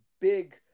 big